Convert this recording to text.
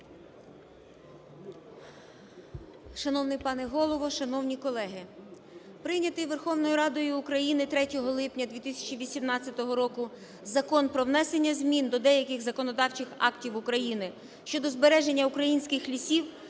Шановний пане Голово! Шановні колеги! Прийнятий Верховною Радою України 3 липня 2018 року Закон "Про внесення змін до деяких законодавчих актів України щодо збереження українських лісів